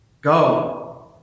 Go